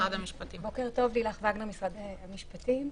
משרד המשפטים.